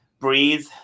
breathe